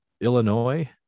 Illinois